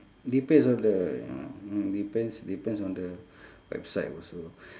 depends on the you know depends depends on the website also